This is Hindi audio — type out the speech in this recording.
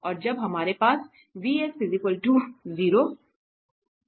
और जब हमारे पास और है